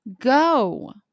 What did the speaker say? Go